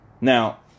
now